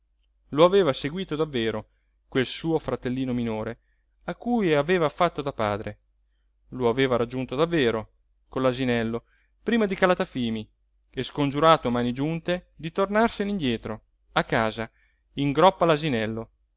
lo aveva seguito davvero quel suo fratellino minore a cui aveva fatto da padre lo aveva raggiunto davvero con l'asinello prima di calatafimi e scongiurato a mani giunte di tornarsene indietro a casa in groppa